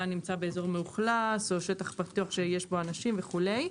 נמצא באזור מאוכלס או שטח פתוח שיש בו אנשים וכולי.